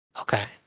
Okay